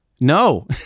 no